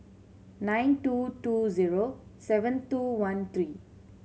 nine two two zero seven two one three